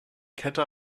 kette